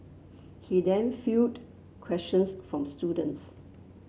he then fielded questions from students